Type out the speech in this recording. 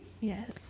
Yes